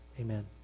Amen